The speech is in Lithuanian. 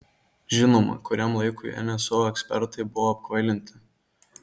žinoma kuriam laikui nso ekspertai buvo apkvailinti